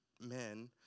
men